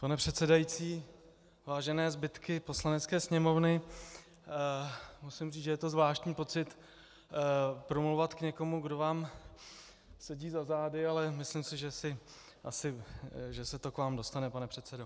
Pane předsedající, vážené zbytky Poslanecké sněmovny, musím říct, že je to zvláštní pocit promlouvat k někomu, kdo vám sedí za zády, ale myslím si, že se to k vám dostane, pane předsedo.